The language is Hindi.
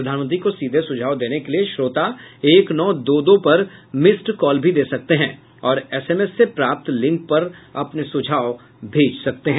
प्रधानमंत्री को सीधे सुझाव देने के लिए श्रोता एक नौ दो दो पर मिस्ड कॉल भी दे सकते हैं और एसएमएस से प्राप्त लिंक पर भी अपने सुझाव भेज सकते हैं